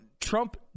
trump